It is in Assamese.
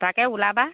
তাকে ওলাবা